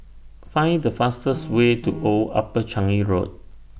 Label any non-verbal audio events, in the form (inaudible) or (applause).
Find The fastest Way (noise) to Old Upper (unintelligible) Road